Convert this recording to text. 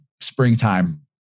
springtime